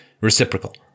reciprocal